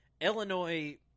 Illinois